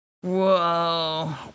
Whoa